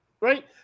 right